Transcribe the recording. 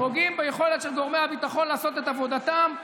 פוגעים ביכולת של גורמי הביטחון לעשות את עבודתם.